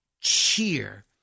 cheer